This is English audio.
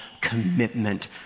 commitment